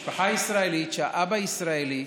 משפחה ישראלית שבה האבא ישראלי,